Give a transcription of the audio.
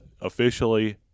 officially